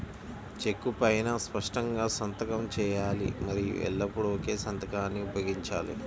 చెక్కు పైనా స్పష్టంగా సంతకం చేయాలి మరియు ఎల్లప్పుడూ ఒకే సంతకాన్ని ఉపయోగించాలి